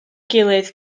gilydd